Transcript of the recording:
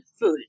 food